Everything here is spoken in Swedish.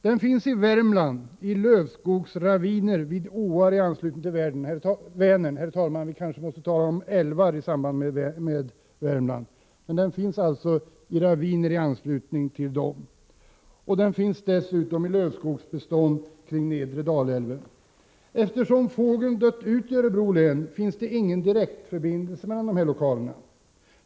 Den finns i Värmland i lövskogsraviner vid älvar i anslutning till Vänern och i lövskogsbestånd kring nedre Dalälven. Eftersom fågeln har dött ut i Örebro län, finns det ingen direktförbindelse mellan de lokalerna.